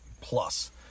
plus